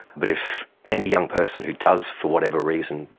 but if any young person who does, for whatever reason,